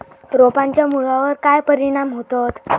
रोपांच्या मुळावर काय परिणाम होतत?